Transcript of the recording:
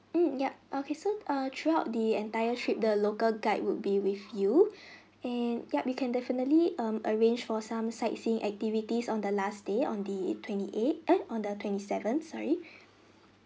mm yup okay so err throughout the entire trip the local guide would be with you and yup we can definitely um arrange for some sightseeing activities on the last day on the twenty eight eh on the twenty seven sorry